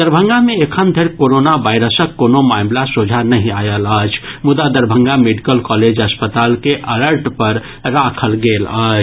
दरभंगा मे एखनधरि कोरोना वायरसक कोनो मामिला सोझा नहि आयल अछि मुदा दरभंगा मेडिकल कॉलेज अस्पताल के अलर्ट पर राखल गेल अछि